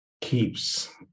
keeps